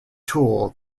tool